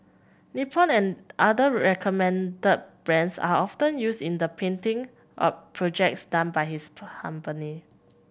Nippon and other recommended brands are often used in the painting projects done by his company